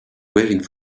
waiting